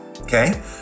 okay